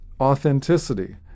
Authenticity